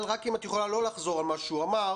רק אם את יכולה לא לחזור על מה שהוא אמר,